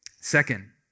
Second